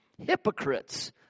hypocrites